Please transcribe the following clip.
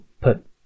put